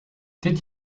did